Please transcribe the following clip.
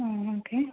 ആ ഓക്കെ